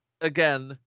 again